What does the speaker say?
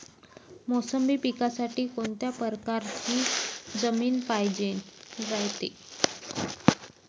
मोसंबी पिकासाठी कोनत्या परकारची जमीन पायजेन रायते?